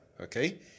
okay